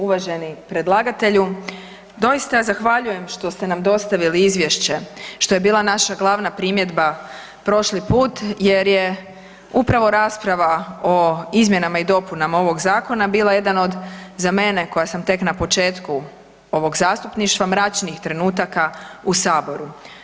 Uvaženi predlagatelju, doista zahvaljujem što ste nam dostavili izvješće, što je bila naša glavna primjedba prošli put jer je upravo rasprava o izmjenama i dopunama ovog zakona bila jedan od, za mene koja sam tek na početku ovog zastupništva, mračnih trenutaka u saboru.